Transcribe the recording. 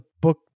book